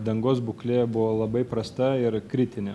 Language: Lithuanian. dangos būklė buvo labai prasta ir kritinė